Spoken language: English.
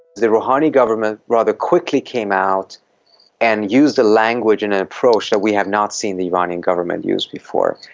the rouhani government rather quickly came out and used a language and an approach that we have not seen the iranian government use before.